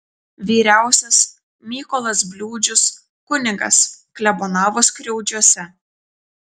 vyriausias mykolas bliūdžius kunigas klebonavo skriaudžiuose